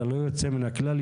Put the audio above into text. ללא יוצא מן הכלל,